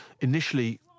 initially